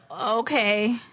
Okay